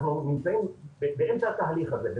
אנחנו נמצאים באמצע התהליך הזה,